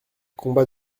combat